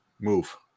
move